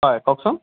হয় কওঁকচোন